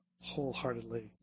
wholeheartedly